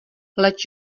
leč